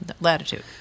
latitude